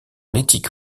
l’éthique